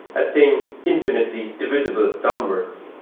ah thing infinitely divisible downwards.